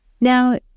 Now